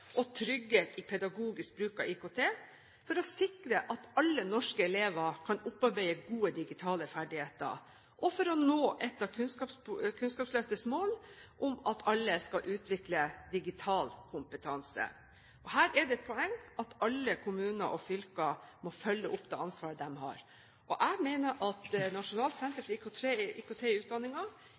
og trygghet i pedagogisk bruk av IKT, for å sikre at alle norske elever kan opparbeide gode digitale ferdigheter, og for å nå et av Kunnskapsløftets mål om at alle skal utvikle digital kompetanse. Her er det et poeng at alle kommuner og fylker må følge opp det ansvaret de har. Jeg mener at nasjonalt Senter for IKT i utdanningen ikke har den nødvendige autoritet eller myndighet i